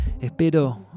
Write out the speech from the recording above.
espero